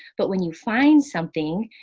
but when you find something,